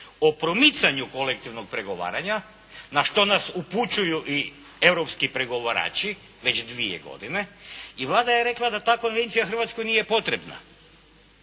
o promicanju kolektivnog pregovaranja na što nas upućuju i europski pregovarači već dvije godine. I Vlada je rekla da ta konvencija Hrvatskoj nije potrebna.